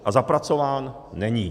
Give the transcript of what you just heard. A zapracován není.